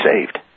saved